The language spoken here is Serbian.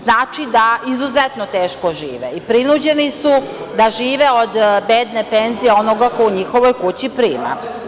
Znači, izuzetno teško žive i prinuđeni su da žive od bedne penzije onoga ko u njihovoj kući prima.